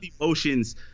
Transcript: emotions